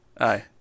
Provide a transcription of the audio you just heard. aye